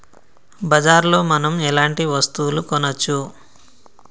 బజార్ లో మనం ఎలాంటి వస్తువులు కొనచ్చు?